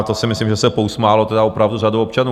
To si myslím, že se pousmála tedy opravdu řada občanů.